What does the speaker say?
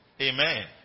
Amen